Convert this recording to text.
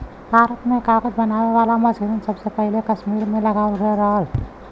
भारत में कागज बनावे वाला मसीन सबसे पहिले कसमीर में लगावल गयल रहल